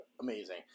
amazing